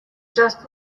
just